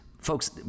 Folks